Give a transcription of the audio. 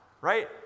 right